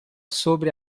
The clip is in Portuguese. sobre